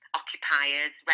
occupiers